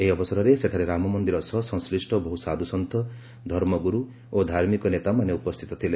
ଏହି ଅବସରରେ ସେଠାରେ ରାମ ମନ୍ଦିର ସହ ସଂଶ୍ଳିଷ୍ଟ ବହୁ ସାଧୁସନ୍ତୁ ଧର୍ମଗୁରୁ ଓ ଧାର୍ମିକ ନେତାମାନେ ଉପସ୍ଥିତ ଥିଲେ